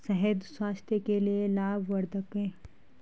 शहद स्वास्थ्य के लिए लाभवर्धक है